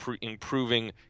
improving